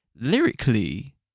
lyrically